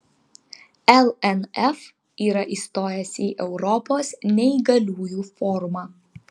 lnf yra įstojęs į europos neįgaliųjų forumą